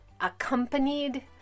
accompanied